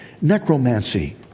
necromancy